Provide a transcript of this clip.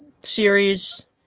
series